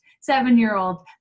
seven-year-old